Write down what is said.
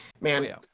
man